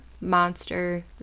monster